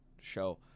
show